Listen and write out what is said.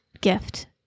gift